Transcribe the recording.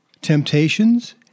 temptations